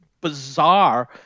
bizarre